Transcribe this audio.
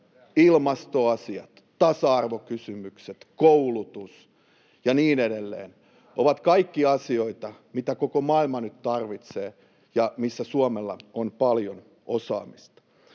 Ilmastoasiat, tasa-arvokysymykset, koulutus ja niin edelleen ovat kaikki asioita, joita koko maailma nyt tarvitsee ja joissa Suomella on paljon osaamista.